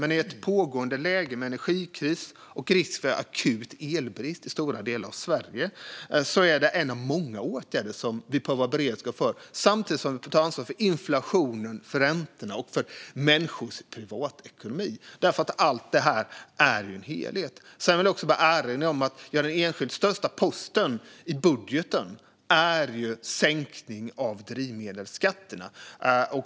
Men i ett läge med en pågående energikris och risk för akut elbrist i stora delar av Sverige är det en av många åtgärder som vi behöver ha beredskap för, samtidigt som vi ska ta ansvar för inflationen, räntorna och människors privatekonomi. Allt detta är nämligen en helhet. Sedan vill jag erinra om att den enskilt största posten i budgeten är en sänkning av drivmedelsskatterna.